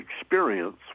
experience